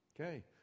Okay